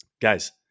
Guys